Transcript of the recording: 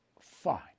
Fine